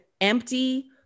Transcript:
empty